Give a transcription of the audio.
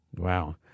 Wow